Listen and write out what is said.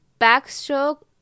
backstroke